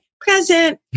present